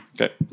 Okay